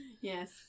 Yes